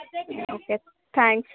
okay thanks